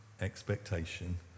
expectation